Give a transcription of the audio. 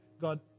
God